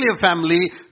family